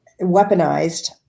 weaponized